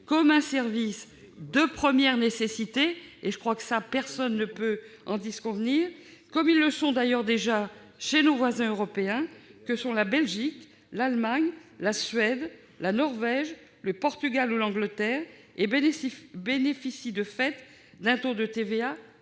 comme un service de première nécessité- personne ne peut, me semble-t-il, en disconvenir -, comme ils le sont d'ailleurs déjà chez nos voisins européens que sont la Belgique, l'Allemagne, la Suède, la Norvège, le Portugal ou le Royaume-Uni, et qu'ils bénéficient de fait d'un taux de TVA